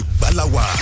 balawa